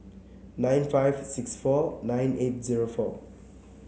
nine five six four nine eight zero four